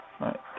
Right